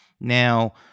Now